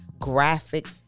Graphic